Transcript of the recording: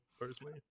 personally